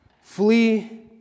Flee